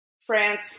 France